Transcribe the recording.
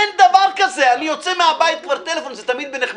אין דבר כזה: אני יוצא מן הבית וכבר מקבל טלפון.